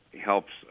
helps